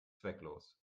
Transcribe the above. zwecklos